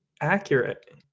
accurate